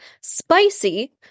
Spicy